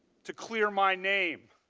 to clear my name.